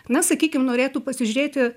na sakykim norėtų pasižiūrėti